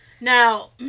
now